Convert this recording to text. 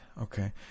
Okay